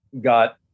got